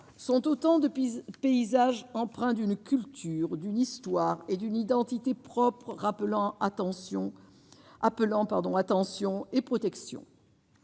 sont autant de Pise paysage empreint d'une culture, d'une histoire et d'une identité propre, rappelant attention appelant